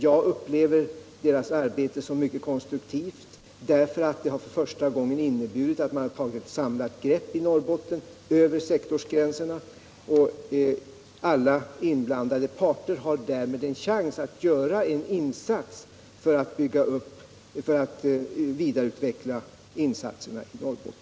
Jag upplever deras arbete som mycket konstruktivt; det har inneburit att man i Norrbotten för första gången tagit ett samlat grepp över sektorsgränserna. Alla inblandade parter har därmed en chans att göra något för att vidareutveckla insatserna i Norrbotten.